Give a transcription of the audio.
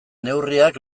neurriak